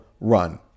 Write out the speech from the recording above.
run